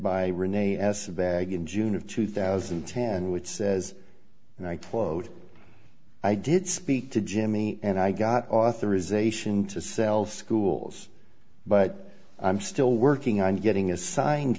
by rene as a bag in june of two thousand and ten which says and i quote i did speak to jimmy and i got authorization to self schools but i'm still working on getting assigned